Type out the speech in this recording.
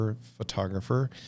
photographer